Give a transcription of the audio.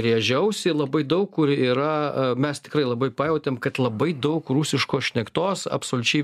rėžia ausį labai daug kur yra a mes tikrai labai pajautėm kad labai daug rusiškos šnektos absoliučiai